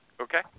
okay